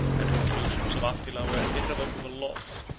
and the conclusions of attila were irrevocable laws,